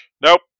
Nope